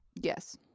Yes